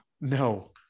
no